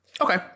Okay